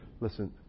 Listen